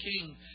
king